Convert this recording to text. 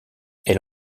elle